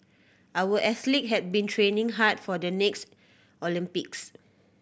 our athletes have been training hard for the next Olympics